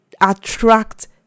attract